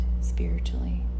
spiritually